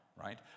right